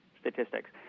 statistics